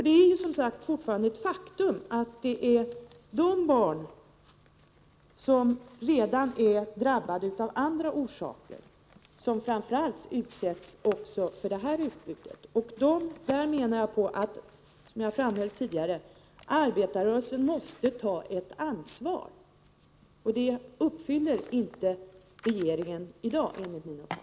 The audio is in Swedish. Det är, som sagt, fortfarande ett faktum att det är de barn som redan är drabbade av andra orsaker som framför allt utsätts för också detta utbud. Som jag framhöll tidigare menar jag att arbetarrörelsen måste ta ett ansvar där. Detta uppfyller inte regeringen i dag, enligt min mening.